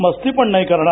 मस्ती पण नाही करणार